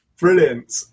Brilliant